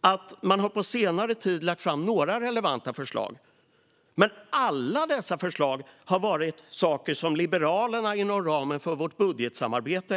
att man på senare tid har lagt fram några relevanta förslag. Men alla dessa förslag har varit saker som Liberalerna har krävt ska genomföras inom ramen för vårt budgetsamarbete.